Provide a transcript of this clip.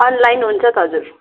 online हुन्छ त हजुर